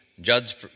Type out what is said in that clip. Judge